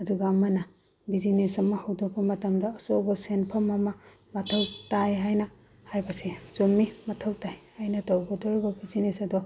ꯑꯗꯨꯒ ꯑꯃꯅ ꯕꯤꯖꯤꯅꯦꯁ ꯑꯃ ꯍꯧꯗꯣꯛꯄ ꯃꯇꯝꯗ ꯑꯆꯧꯕ ꯁꯦꯟꯐꯝ ꯑꯃ ꯃꯊꯧ ꯇꯥꯏ ꯍꯥꯏꯅ ꯍꯥꯏꯕꯁꯦ ꯆꯨꯝꯏ ꯃꯊꯧ ꯇꯥꯏ ꯑꯩꯅ ꯇꯧꯒꯗꯧꯔꯤꯕ ꯕꯤꯖꯤꯅꯦꯁ ꯑꯗꯣ